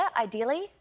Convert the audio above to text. ideally